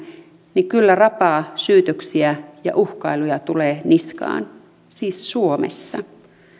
niin kyllä rapaa syytöksiä ja uhkailuja tulee niskaan siis suomessa